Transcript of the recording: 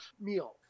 meal